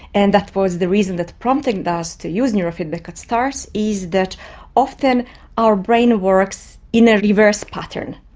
and that was the reason that prompted us to use neurofeedback at startts is that often our brain works in a reverse pattern.